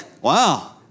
Wow